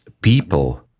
people